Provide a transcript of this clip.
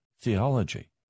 theology